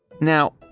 Now